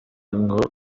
ngo